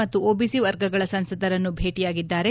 ಮತ್ತು ಓಬಿಸಿ ವರ್ಗಗಳ ಸಂಸದರನ್ನು ಭೇಟಿಯಾಗಿದ್ದಾರೆ